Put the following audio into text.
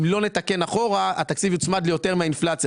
אם לא נתקן אחורה, התקציב יוצמד ליותר מהאינפלציה.